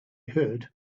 heard